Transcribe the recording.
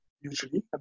usually